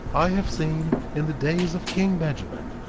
i have seen, in the days of king benjamin,